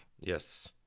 yes